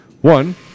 One